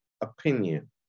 opinion